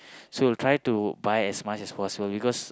so try to buy as much as possible because